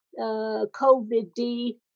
COVID-D